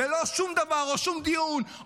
ולא שום דבר או שום דיון,